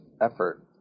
effort